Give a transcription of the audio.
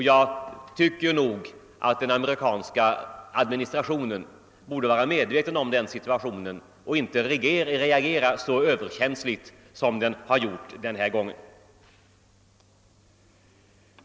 Jag tycker nog att den amerikanska administrationen borde vara medveten om den situationen och inte reagera i överkänslighet som den har gjort denna gång.